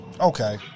Okay